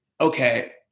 okay